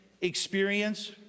experience